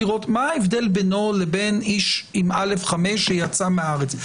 מה ההבדל בינו לבין איש עם א/5 שיצא מהארץ?